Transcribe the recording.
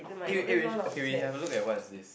eh eh we okay we have a look at what is this